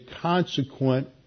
consequent